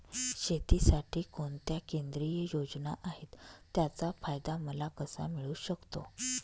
शेतीसाठी कोणत्या केंद्रिय योजना आहेत, त्याचा फायदा मला कसा मिळू शकतो?